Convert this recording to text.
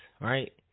right